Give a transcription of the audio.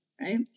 right